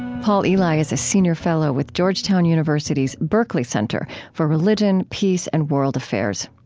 paul elie is a senior fellow with georgetown university's berkley center for religion, peace, and world affairs.